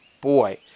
Boy